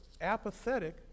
apathetic